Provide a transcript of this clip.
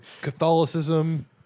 Catholicism